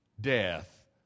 death